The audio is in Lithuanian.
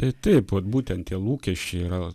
tai taip vat būtent tie lūkesčiai yra